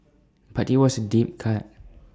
but IT was A deep cut